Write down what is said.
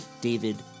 David